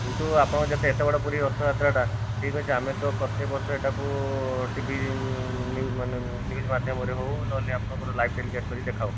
କିନ୍ତୁ ଆପଣ ଯେହେତୁ ଏତେ ବଡ଼ ପୁରୀ ରଥଯାତ୍ରାଟା ଠିକ୍ ଅଛି ଆମେ ତ ପ୍ରତ୍ୟେକ ବର୍ଷ ଏଟାକୁ ଟିଭି ନ୍ୟୁଜ୍ ମାନେ ନ୍ୟୁଜ୍ ମାଧ୍ୟମରେ ହେଉ ନହେଲେ ଆପଣଙ୍କର ଲାଇଭ୍ ଟେଲିକାଷ୍ଟ କରି ଦେଖାଉ